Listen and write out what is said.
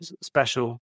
special